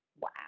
Wow